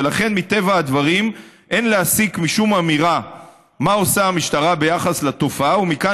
ולכן מטבע הדברים אין להסיק משום אמירה מה עושה המשטרה ביחס לתופעה ומכאן